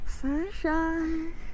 Sunshine